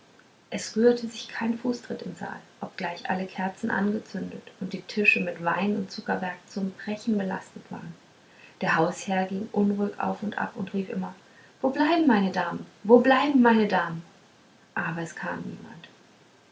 es rührte sich kein fußtritt im saal obgleich alle kerzen angezündet und die tische mit wein und zuckerwerk zum brechen belastet waren der hausherr ging unruhig auf und ab und rief immer wo bleiben meine damen wo bleiben meine damen aber es kam niemand